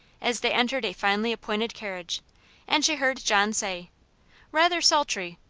as they entered a finely appointed carriage and she heard john say rather sultry.